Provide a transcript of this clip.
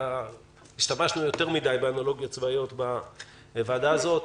אנחנו השתמשנו יותר מדי באנלוגיות צבאיות בוועדה הזו,